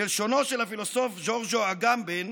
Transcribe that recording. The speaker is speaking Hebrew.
בלשונו של הפילוסוף ג'ורג'יו אגמבן,